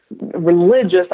religious